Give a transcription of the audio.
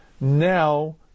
now